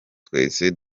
twese